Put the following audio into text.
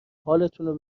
حالتونو